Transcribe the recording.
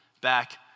back